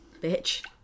bitch